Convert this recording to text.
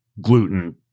gluten –